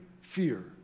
fear